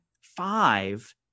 five